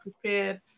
prepared